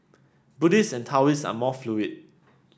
Buddhists and Taoists are more fluid